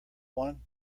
one